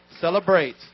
celebrate